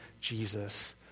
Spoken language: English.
Jesus